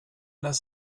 das